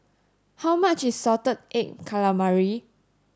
how much is salted egg calamari